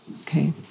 okay